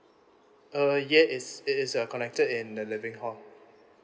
err ya it's it is uh connected in the living hall